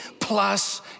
plus